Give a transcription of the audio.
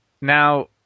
Now